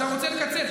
שאתה רוצה לקצץ,